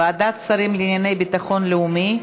ועדת שרים לענייני ביטחון לאומי),